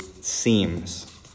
seems